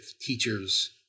teachers